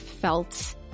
felt